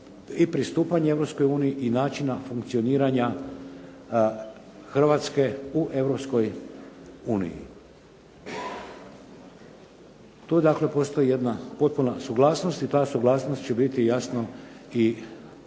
uniji i načina funkcioniranja Hrvatske u Europskoj uniji. Tu dakle postoji jedna potpuna suglasnost i ta suglasnost će biti jasno i utvrđena